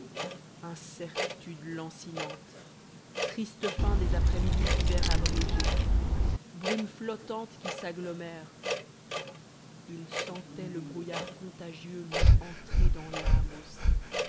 incertitudes lancinantes tristes fins des après-midi d'hiver abrégées brume flottante qui s'agglomère il sentait le brouillard contagieux lui entrer dans l'âme aussi